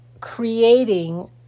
creating